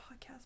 podcast